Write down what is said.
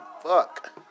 Fuck